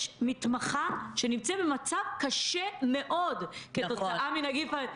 מתמחה שנמצאת במצב קשה מאוד כתוצאה מנגיף הקורונה,